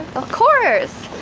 of course!